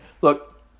Look